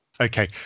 Okay